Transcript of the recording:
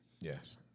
Yes